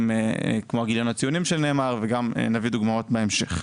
כמו גיליון הציונים שנאמר וגם נביא דוגמאות בהמשך.